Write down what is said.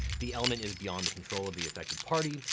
the element is beyond the control of the affected party.